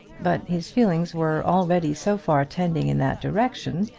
but his feelings were already so far tending in that direction,